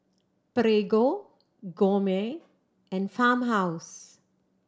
Prego Gourmet and Farmhouse